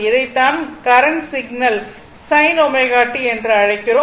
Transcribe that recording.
இதைத்தான் current signal sin ω t என்று அழிக்கிறோம்